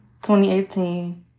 2018